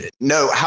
no